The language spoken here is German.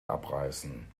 abreißen